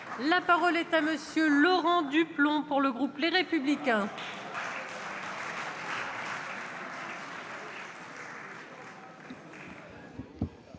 La parole est à M. Laurent Duplomb, pour le groupe Les Républicains.